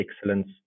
excellence